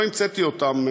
לא המצאתי אותם,